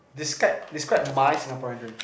describe describe my Singaporean dream